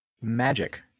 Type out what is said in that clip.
Magic